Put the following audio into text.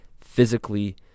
physically